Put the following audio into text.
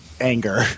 anger